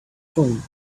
phone